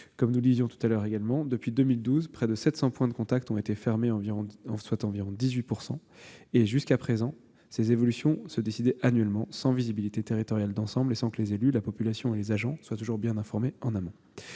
le plus possible aux besoins. Depuis 2012, près de 700 points de contact ont été fermés, soit environ 18 % du réseau. Jusqu'à présent, ces évolutions se décidaient annuellement, sans visibilité territoriale d'ensemble et sans que les élus, la population et les agents soient toujours bien informés en amont.